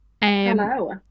Hello